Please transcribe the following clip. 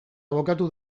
abokatu